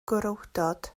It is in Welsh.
gwrywdod